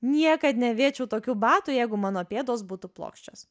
niekad neavėčiau tokių batų jeigu mano pėdos būtų plokščios